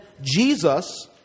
Jesus